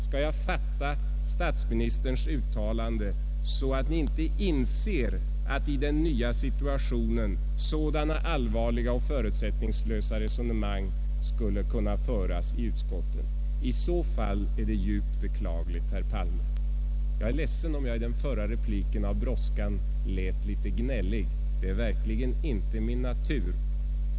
Skall jag fatta statsministerns uttalande så att ni inte inser att i den nya situationen sådana allvarliga och förutsättningslösa resonemang skulle kunna föras i utskotten? I så fall är det djupt beklagligt, herr Palme. Jag är ledsen om jag i min förra replik genom brådskan lät litet gnällig — det är verkligen inte min natur.